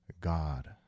God